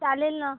चालेल ना